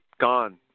gone